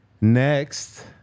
Next